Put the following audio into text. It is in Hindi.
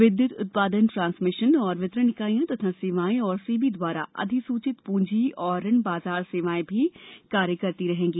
विद्युत उत्पादन ट्रांसभिशन और वितरण इकाइयां तथा सेवाएं और सेबी द्वारा अधिसूचित पूजी और ऋण बाज़ार सेवाएं भी कार्य करती रहेंगी